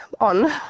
on